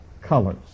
colors